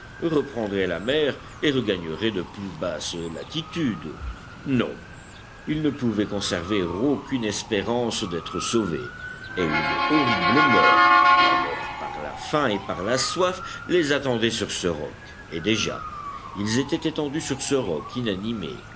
reprendrait la mer et regagnerait de plus basses latitudes non ils ne pouvaient conserver aucune espérance d'être sauvés et une horrible mort la mort par la faim et par la soif les attendait sur ce roc et déjà ils étaient étendus sur ce roc inanimés